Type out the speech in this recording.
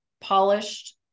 polished